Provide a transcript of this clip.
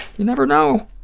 never know,